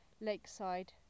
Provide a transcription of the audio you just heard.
Lakeside